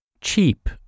cheap